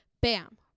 bam